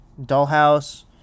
Dollhouse